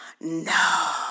No